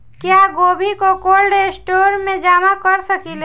क्या गोभी को कोल्ड स्टोरेज में जमा कर सकिले?